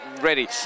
ready